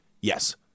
Yes